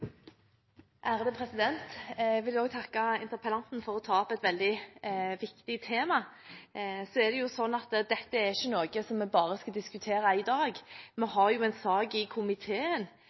Jeg vil også takke interpellanten for å ta opp et veldig viktig tema. Dette er ikke noe vi bare skal diskutere i dag. Vi har en sak i komiteen,